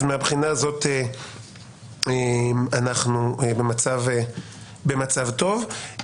אז מבחינה זאת אנחנו במצב טוב.